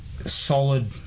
solid